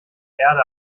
erde